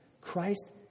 Christ